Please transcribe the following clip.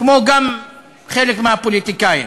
כמו חלק מהפוליטיקאים.